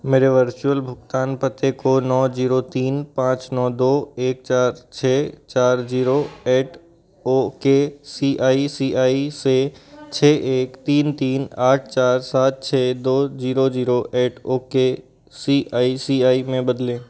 मेरे वर्चुअल भुगतान पते को नौ जीरो तीन पाँच नौ दो एक चार छः चार zero at okay C I C I से छः एक तीन तीन आठ चार सात छः दो zero zero at okay C I C I में बदलें